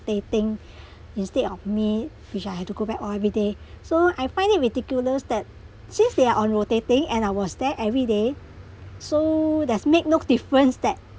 rotating instead of me which I have to go back on everyday so I find it ridiculous that since they are on rotating and I was there every day so that's make no difference that